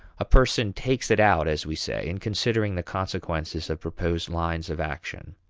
a person takes it out as we say in considering the consequences of proposed lines of action.